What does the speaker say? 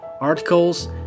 articles